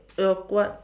uh what